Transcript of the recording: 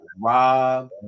Rob